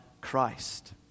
Christ